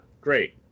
Great